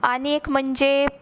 आनी एक म्हणजे